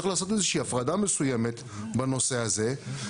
צריך לעשות איזה שהיא הפרדה מסוימת בנושא הזה.